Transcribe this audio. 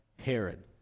Herod